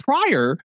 prior